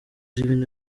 ibintu